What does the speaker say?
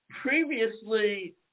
previously